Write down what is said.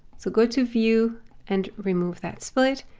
so go to view and remove that split.